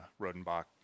rodenbach